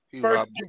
first